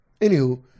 Anywho